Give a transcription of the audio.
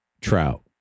Trout